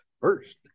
first